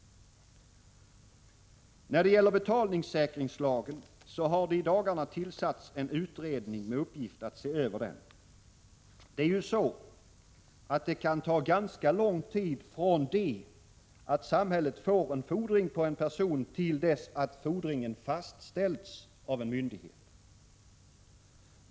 När det gäller betalningssäkringslagen har det i dagarna tillsatts en utredning med uppgift att se över denna. Det är ju så att det kan ta ganska lång tid från det att samhället får en fordring på en person till dess att fordringen fastställts av en myndighet.